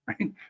right